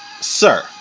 sir